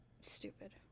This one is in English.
Stupid